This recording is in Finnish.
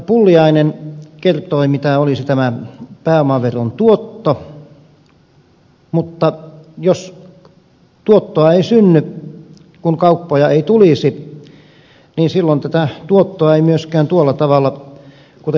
pulliainen kertoi mitä olisi tämä pääomaveron tuotto mutta jos tuottoa ei synny kun kauppoja ei tulisi niin silloin tätä tuottoa ei myöskään tuolla tavalla kuin ed